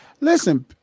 listen